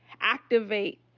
activate